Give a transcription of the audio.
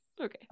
Okay